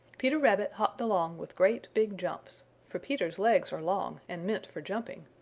peter rabbit hopped along with great big jumps, for peter's legs are long and meant for jumping,